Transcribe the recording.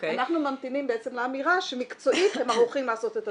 אנחנו ממתינים לאמירה שמקצועית הם ערוכים לעשות את הבדיקות.